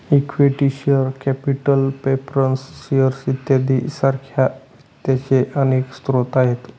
equity share capital preference shares इत्यादी सारख्या वित्ताचे अनेक स्रोत आहेत